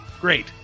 great